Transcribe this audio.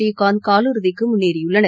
புநீகாந்த் கால் இறுதிக்கு முன்னேறியுள்ளனர்